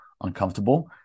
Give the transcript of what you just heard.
uncomfortable